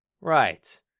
Right